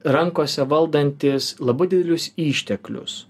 rankose valdantys labai didelius išteklius